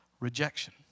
Rejection